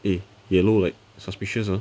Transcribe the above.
eh yellow like suspicious !huh!